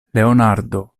leonardo